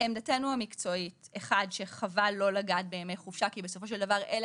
עמדתנו המקצועית היא שחבל לא לגעת בימי חופשה כי בסופו של דבר אלה